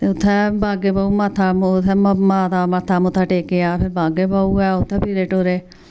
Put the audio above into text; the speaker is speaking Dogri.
ते उ'त्थें बागे बाहू मत्था उ'त्थें माता दा मत्था मुत्था टेकेआ फिर बागे बाहू ऐ उ'त्थें फिरे टूरे